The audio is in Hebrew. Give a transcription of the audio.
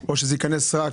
או שזה ייכנס רק